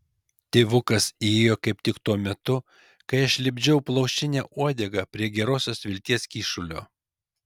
tėvukas įėjo kaip tik tuo metu kai aš lipdžiau plaušinę uodegą prie gerosios vilties kyšulio